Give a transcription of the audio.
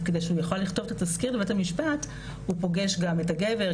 וכדי שהוא יוכל לכתוב את התזכיר לבית המשפט הוא פוגש גם את הגבר,